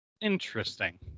Interesting